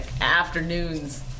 afternoons